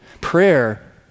Prayer